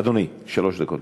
אדוני, שלוש דקות לרשותך.